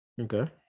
Okay